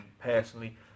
personally